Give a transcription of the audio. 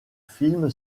film